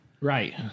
Right